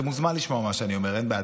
אתה מוזמן לשמוע מה שאני אומר, אין בעיה.